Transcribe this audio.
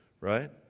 right